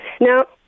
Now